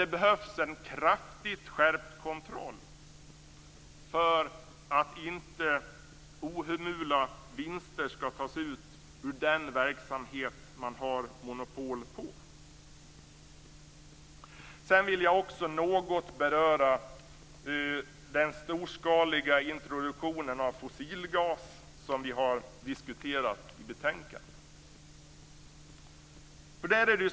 Det behövs en kraftigt skärpt kontroll för att inte ohemula vinster skall tas ut ur den verksamhet som man har monopol på. Sedan vill jag också något beröra den storskaliga introduktionen av fossilgas som vi har diskuterat i betänkandet.